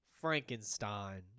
Frankenstein